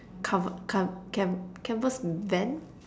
cover~ car~ can~ canvas van